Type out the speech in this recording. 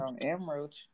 Emerald